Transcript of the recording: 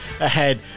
ahead